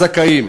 מהזכאים.